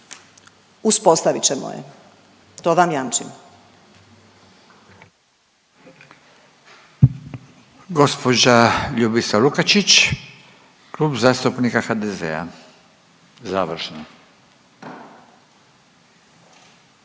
Uspostavit ćemo je. To vam jamčim.